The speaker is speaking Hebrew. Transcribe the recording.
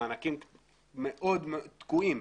המענקים תקועים.